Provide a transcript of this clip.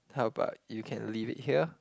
how about you can leave it here